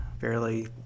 fairly